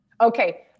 Okay